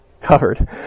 covered